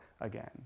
again